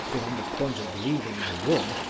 been on the point of leaving the room,